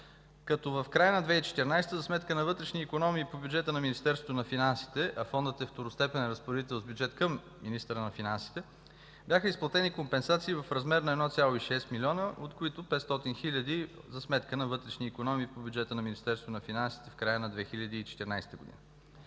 като в края на 2014 г. за сметка на вътрешни икономии по бюджета на Министерството на финансите, а Фондът е второстепенен разпоредител с бюджетни средства към министъра на финансите, бяха изплатени компенсации в размер на 1,6 млн. лв., от които 500 хил. лв. за сметка на вътрешни икономии по бюджета на Министерството на финансите в края на 2014 г.